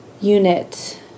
unit